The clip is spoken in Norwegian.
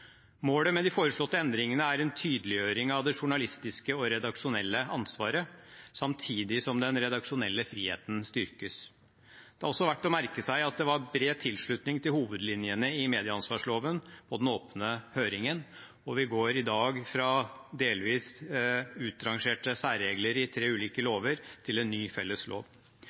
Målet med de foreslåtte endringene er en tydeliggjøring av det journalistiske og redaksjonelle ansvaret, samtidig som den redaksjonelle friheten styrkes. Det er også verdt å merke seg at det var bred tilslutning til hovedlinjene i medieansvarsloven på den åpne høringen. Vi går i dag fra delvis utrangerte særregler i tre ulike lover til en ny felles lov.